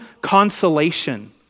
consolation